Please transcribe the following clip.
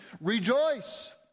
Rejoice